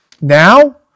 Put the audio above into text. Now